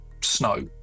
snow